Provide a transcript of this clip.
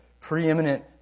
preeminent